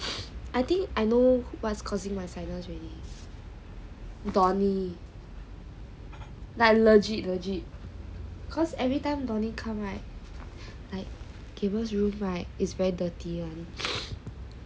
I think I know what's causing my sinus already donny like legit legit cause everytime donny come right like cables room right is very dirty